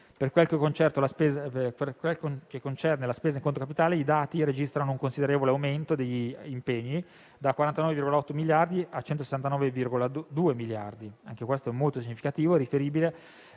Per quel che concerne la spesa in conto capitale, i dati registrano un considerevole aumento degli impegni, da 49,8 miliardi a 169,2 miliardi - anche questo è molto significativo - riferibile